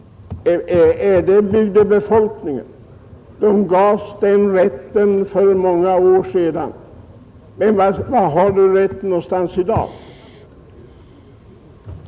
Är det bygdebefolkningen? Folket fick den rätten för många år sedan, men var finns den rätten i dag?